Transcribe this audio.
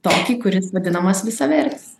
tokį kuris vadinamas visavertis